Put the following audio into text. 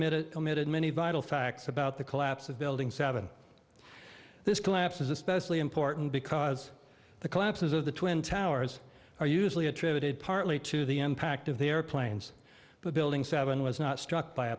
it committed many vital facts about the collapse of building seven this collapse is especially important because the collapses of the twin towers are usually attributed partly to the impact of the airplanes but building seven was not struck by a